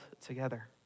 together